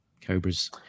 Cobras